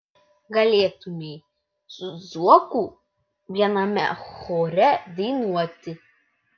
galėtumei su zuoku viename chore dainuoti